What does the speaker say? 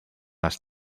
las